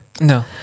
No